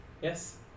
Yes